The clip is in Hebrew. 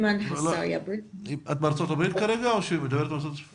את מדברת כרגע מארצות הברית?